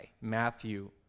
matthew